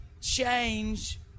change